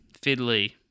fiddly